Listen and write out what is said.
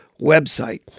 website